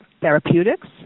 Therapeutics